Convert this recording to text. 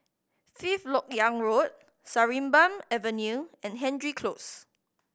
Fifth Lok Yang Road Sarimbun Avenue and Hendry Close